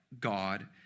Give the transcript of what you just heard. God